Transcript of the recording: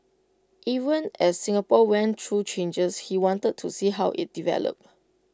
even as Singapore went through changes he wanted to see how IT developed